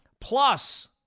plus